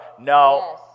no